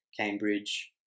Cambridge